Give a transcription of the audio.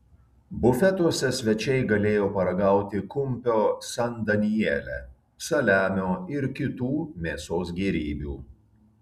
bufetuose svečiai galėjo paragauti kumpio san daniele saliamio ir kitų mėsos gėrybių